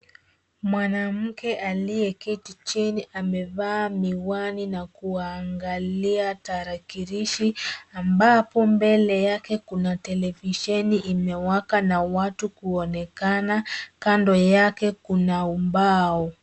Mwanamke aliyeketi chini, amevaa miwani na kuangalia tarakilishi, ambapo mbele yake kuna televisheni imewaka, na watu kuonekana kando yake, kuna ubao.